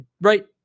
right